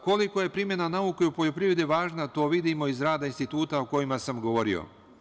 Kolika je primena nauke u poljoprivredi važna to vidimo iz rada instituta o kojima sam govorio.